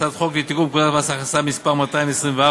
הצעת חוק לתיקון פקודת מס הכנסה (מס' 224)